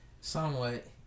somewhat